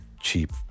cheap